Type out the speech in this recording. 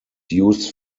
used